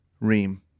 Ream